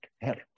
help